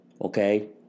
Okay